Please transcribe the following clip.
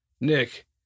Nick